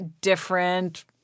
different –